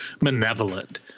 malevolent